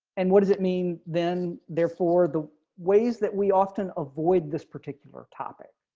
and what does it mean, then, therefore, the ways that we often avoid this particular topic,